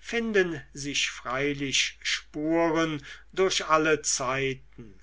finden sich freilich spuren durch alle zeiten